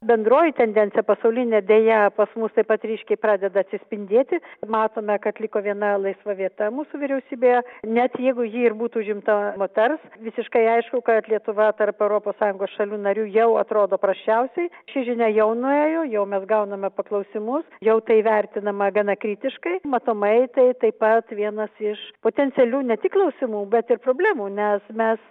bendroji tendencija pasaulinė deja pas mus taip pat ryškiai pradeda atsispindėti matome kad liko viena laisva vieta mūsų vyriausybėje net jeigu ji ir būtų užimta moters visiškai aišku kad lietuva tarp europos sąjungos šalių narių jau atrodo prasčiausiai ši žinia jau nuėjo jau mes gauname paklausimus jau tai vertinama gana kritiškai matomai tai taip pat vienas iš potencialių ne tik klausimų bet ir problemų nes mes